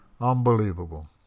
Unbelievable